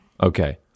Okay